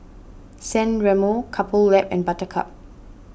San Remo Couple Lab and Buttercup